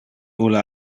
ulle